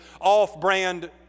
off-brand